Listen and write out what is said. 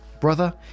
brother